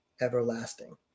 everlasting